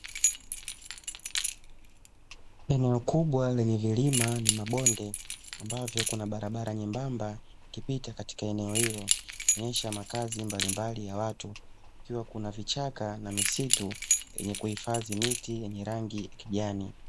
Eneo kubwa lenye milima na mabonde ambavyo kuna barabara nyembamba ikipita katika eneo hilo, kuonyesha makazi mbalimbali ya watu; ikiwa kuna vichaka na misitu yenye kuhifadhi miti yenye rangi ya kijani.